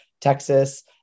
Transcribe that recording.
Texas